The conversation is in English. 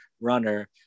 runner